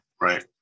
Right